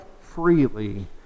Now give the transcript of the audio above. freely